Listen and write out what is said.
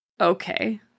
Okay